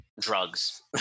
drugs